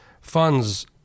funds